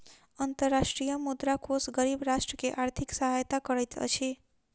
अंतर्राष्ट्रीय मुद्रा कोष गरीब राष्ट्र के आर्थिक सहायता करैत अछि